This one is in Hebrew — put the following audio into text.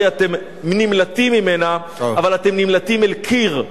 אתם נמלטים ממנה אבל נמלטים אל קיר,